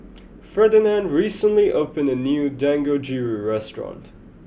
Ferdinand recently opened a new Dangojiru restaurant